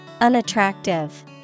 Unattractive